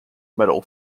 medal